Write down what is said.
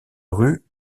rue